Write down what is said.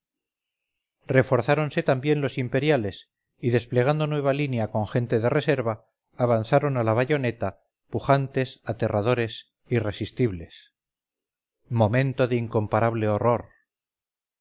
oficiales reforzáronse también los imperiales y desplegando nueva línea con gente de reserva avanzaron a la bayoneta pujantes aterradores irresistibles momento de incomparable horror